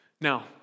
Now